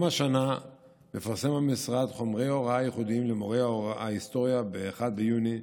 גם השנה מפרסם המשרד חומרי הוראה ייחודיים למורי ההיסטוריה ב-1 ביוני.